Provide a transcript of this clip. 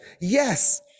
Yes